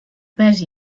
pes